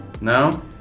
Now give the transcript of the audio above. No